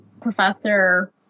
professor